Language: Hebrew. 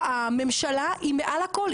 הממשלה היא מעל הכל,